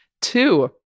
Two-